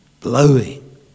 blowing